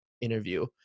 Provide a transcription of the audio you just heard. interview